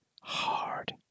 hard